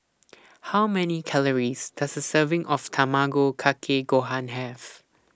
How Many Calories Does A Serving of Tamago Kake Gohan Have